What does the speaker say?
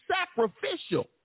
sacrificial